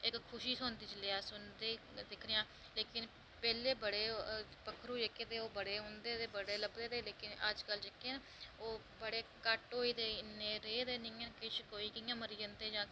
इक्क खुशी थ्होंदी जेल्लै अस उं'दा दिक्खने आं पैौह्लें जेह्के तां ओह् पक्खरू बड़े औंदे तां अज्जकल ते ओह् बड़े घट्ट होई दे ते किश कोई कि'यां मरी जंदे तां